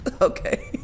Okay